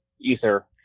ether